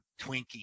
Twinkie